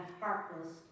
heartless